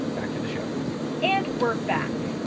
back to the show and we're back.